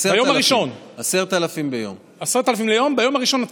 10,000. ביום הראשון.